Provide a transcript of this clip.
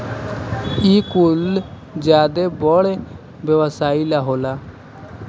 इ कुल ज्यादे बड़ व्यवसाई ला होला